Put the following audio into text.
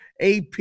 AP